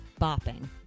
Bopping